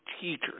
teachers